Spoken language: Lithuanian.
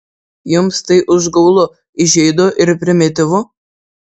jums tai užgaulu įžeidu ir primityvu